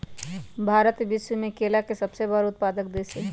भारत विश्व में केला के सबसे बड़ उत्पादक देश हई